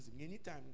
Anytime